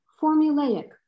formulaic